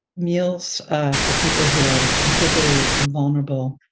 meals for people who are particularly vulnerable.